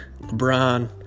LeBron